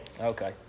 Okay